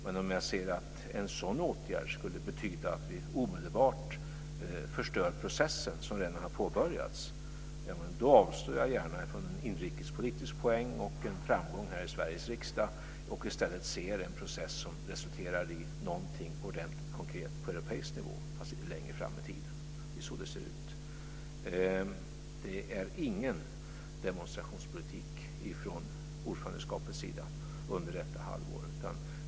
Men om jag ser att en sådan åtgärd skulle betyda att vi omedelbart förstör den process som redan har påbörjats avstår jag gärna från inrikespolitisk poäng och en framgång här i Sveriges riksdag. I stället ser jag den process som resulterar i något ordentligt, konkret på europeisk nivå. Jag ser längre fram i tiden. Det är så det ser ut. Det bedrivs ingen demonstrationspolitik från ordförandegruppens sida under detta halvår.